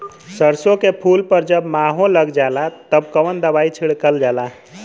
सरसो के फूल पर जब माहो लग जाला तब कवन दवाई छिड़कल जाला?